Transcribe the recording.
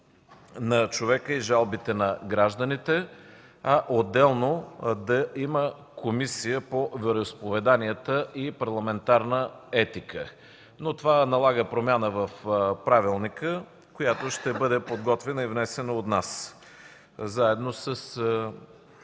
на човека и жалбите на гражданите, а отделно да има Комисия по вероизповеданията и парламентарна етика. Това налага промяна в правилника, която ще бъде подготвена и внесена от нас, заедно с